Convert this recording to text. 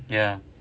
ya